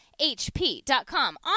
hp.com